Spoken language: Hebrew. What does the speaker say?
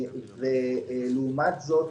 לעומת זה,